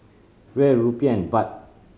Riel Rupiah and Baht